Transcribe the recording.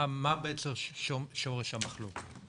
מה בעצם שורש המחלוקת?